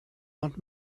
want